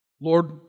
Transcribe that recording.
Lord